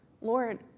Lord